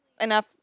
enough